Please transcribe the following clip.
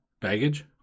Baggage